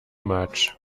much